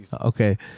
Okay